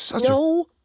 No